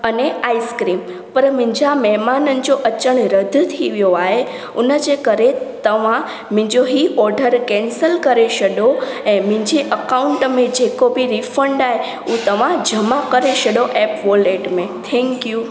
अने आइस्क्रीम पर मुंहिंजा महिमाननि जो अचणु रद थी वियो आहे उन जे करे तव्हां मुंहिंजो हीउ ऑडरु कैंसिल करे छॾियो ऐं मुंहिंजे अकाउंट में जेको बि रीफंड आहे तव्हां जमा करे छॾियो ऐं वॉलेट में थैंक्यू